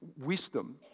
wisdom